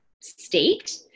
state